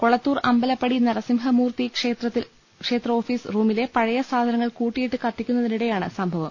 കൊളത്തൂർ അമ്പലപ്പടി നരസിംഹമൂർത്തി ക്ഷേത്ര ഓഫീസ് റൂമിലെ പഴയസാധനങ്ങൾ കൂട്ടിയിട്ട് കത്തിക്കുന്നതിനിടെ യാണ് സംഭവം